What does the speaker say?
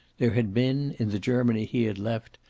there had been, in the germany he had left,